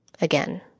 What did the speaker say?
Again